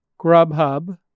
GrubHub